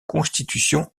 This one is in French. constitution